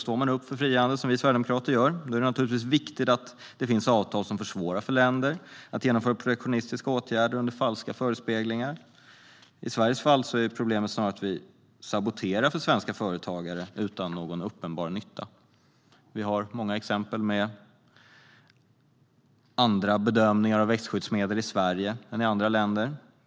Står man upp för frihandel, som vi sverigedemokrater gör, är det naturligtvis viktigt att det finns avtal som försvårar för länder att genomföra protektionistiska åtgärder under falska förespeglingar. I Sveriges fall är problemet snarare att vi saboterar för svenska företagare utan någon uppenbar nytta. Det finns många exempel på andra bedömningar av växtskyddsmedel i Sverige än i andra länder.